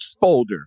folder